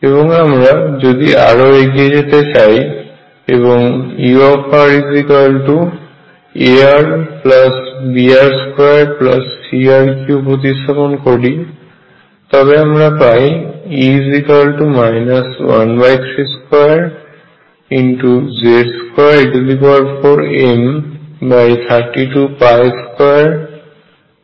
এবং আমরা যদি আরো এগিয়ে যেতে চাই এবং urarbr2cr3 প্রতিস্থাপন করি তবে আমরা পাই E 132Z2e4m322022